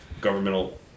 governmental